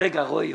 רגע רועי.